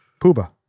Puba